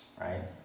right